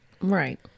Right